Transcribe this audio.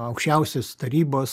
aukščiausios tarybos